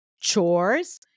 chores